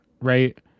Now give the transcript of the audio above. right